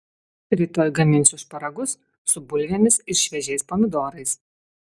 rytoj gaminsiu šparagus su bulvėmis ir šviežiais pomidorais